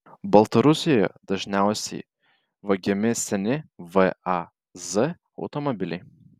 baltarusijoje dažniausiai vagiami seni vaz automobiliai